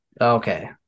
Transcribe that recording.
okay